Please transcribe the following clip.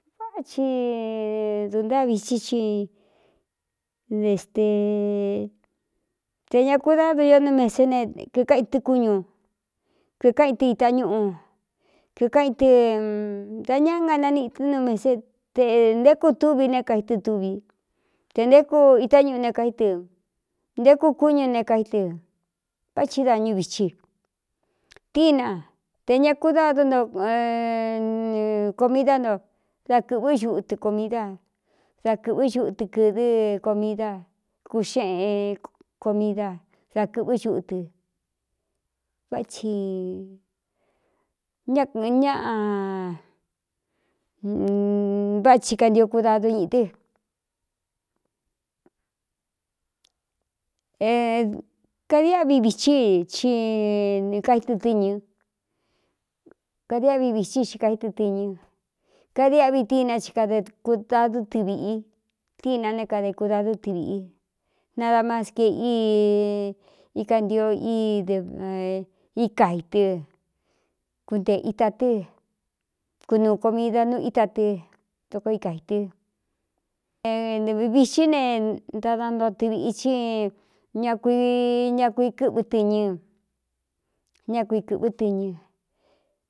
Vá ci duntáa vihí i ete ña kudadu io nú mesé ne kīkáꞌ i tɨ́ kúñu kkáꞌ in tɨ itá ñuꞌu kkaꞌa i tɨ dā ña nga naniꞌitɨ́ nú mese te nté ku túvi ne kaí tɨ tuvi te nté ku itá ñuꞌu ne kaí tɨ nté ku kúñū ne kaí tɨ vá thi da ñú vichi tíína te ña kudadu no komidá nto da kɨ̄ꞌvɨ́ xuꞌutɨ komída da kɨ̄ꞌvɨ́ xuꞌutɨ kɨ̄dɨ́ komida kuxeꞌen komída da kɨ̄ꞌvɨ́ xuꞌutɨ vátsi ñá kɨ̄ꞌɨn ñáꞌavái kanio kudadu ñiꞌi tɨ́kadiꞌv vií kaíɨ ɨñɨ kadiáꞌvi vithí xi kaí tɨ tɨñɨ kadiáꞌvi tina chi kade kudadú tɨ viꞌi tíꞌna né kadē kudadú tɨviꞌi nadamáski e í ika ntio dɨ íka i tɨ kunteē itā tɨ́ kunuu komida nú íta tɨ doko í kā ītɨ vixí ne ntada nto tɨ viꞌi i ña kui ña kui kɨ́ꞌvɨ tɨñɨ ñá kui kɨ̄ꞌvɨ́ tɨñɨ.